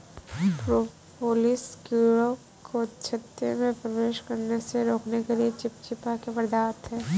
propolis कीड़ों को छत्ते में प्रवेश करने से रोकने के लिए चिपचिपा पदार्थ है